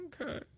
Okay